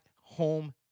home